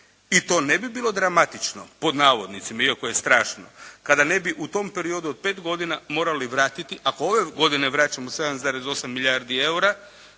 I to ne bi bilo dramatično, pod navodnicima, iako je strašno kada ne bi u tom periodu od 5 godina morali vratiti ako ove godine vraćamo 7,8 milijardi EUR-a.